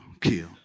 kill